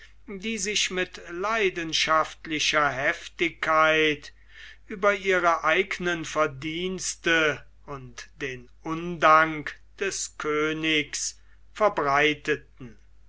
die sich mit leidenschaftlicher heftigkeit über ihre eigenen verdienste und den undank des königs verbreiteten